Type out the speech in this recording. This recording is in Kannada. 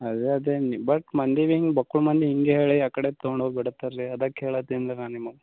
ಅದೆ ಅದೆ ನಿಬಟ್ ಮಂದಿವಿಂಗೆ ಬಕ್ಕುಳ್ ಮಂದಿ ಹಿಂಗೆ ಹೇಳಿ ಆ ಕಡೆ ತಗೊಂಡು ಹೋಗ್ಬಿಡ್ತಾರೆ ರೀ ಅದಕ್ಕೆ ಹೇಳತ್ತೀನಿ ರೀ ನಾನು ನಿಮ್ಗೆ